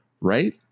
right